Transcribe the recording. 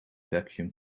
vacuum